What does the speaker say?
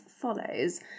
follows